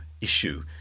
issue